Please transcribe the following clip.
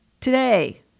today